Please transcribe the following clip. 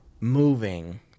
moving